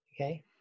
okay